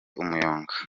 umuyonga